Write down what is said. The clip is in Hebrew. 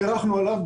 נערכנו אליו,